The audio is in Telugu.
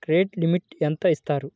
క్రెడిట్ లిమిట్ ఎంత ఇస్తారు?